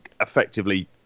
effectively